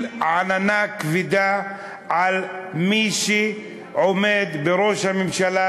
עננה כבדה על מי שעומד בראשות הממשלה,